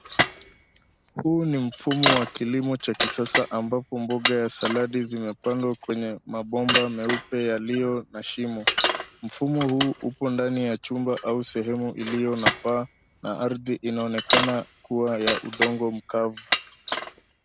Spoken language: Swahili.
Huu ni mfumo wa kilimo cha kisasa ambapo mboka ya saladi zimepandwa kwenye mabomba meupe yaliyo na shimo. Mfumo huu upo ndani ya chumba au sehemu iliyo na paa na ardhi inaonekana kuwa ya udongo mkavu.